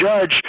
judge